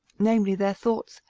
namely, their thoughts,